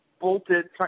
bolted